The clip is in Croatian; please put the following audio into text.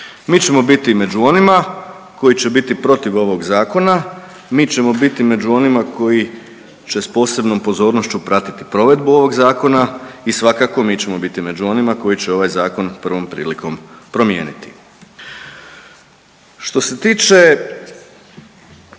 Mi ćemo biti među onima koji će biti protiv ovog zakona, mi ćemo biti među onima koji će s posebnom pozornošću pratiti provedbu ovog zakona i svakako mi ćemo biti među onima koji će ovaj zakon prvom prilikom promijeniti. Što se tiče